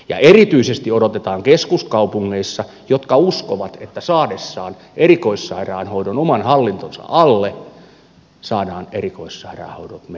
erityisesti odotetaan keskuskaupungeissa jotka uskovat että saadessaan erikoissairaanhoidon oman hallintonsa alle saadaan erikoissairaanhoidon menot kuriin